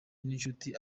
n’inshuti